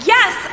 Yes